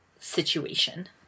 situation